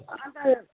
अन्त